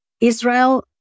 Israel